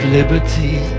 liberty